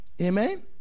Amen